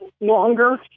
longer